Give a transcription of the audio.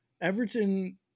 Everton